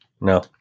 No